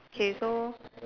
okay so